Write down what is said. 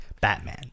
batman